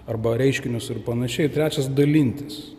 arba reiškinius ir panašiai trečias dalintis